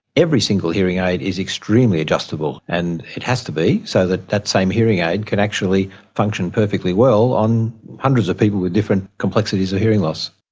every single hearing aid is extremely adjustable and it has to be so that that same hearing aid can function perfectly well on hundreds of people with different complexities of hearing loss.